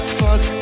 fuck